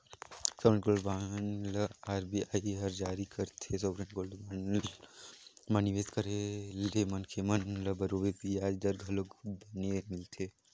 sovereign gold bond ल RBI हर जारी करथे, सॉवरेन गोल्ड बांड म निवेस करे ले मनखे मन ल बरोबर बियाज दर घलोक बने मिलथे